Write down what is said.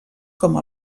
com